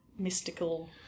mystical